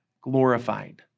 glorified